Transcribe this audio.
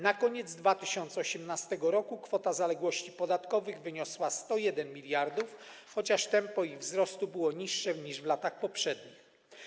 Na koniec 2018 r. kwota zaległości podatkowych wyniosła 101 mld, chociaż tempo ich wzrostu było niższe niż w latach poprzednich.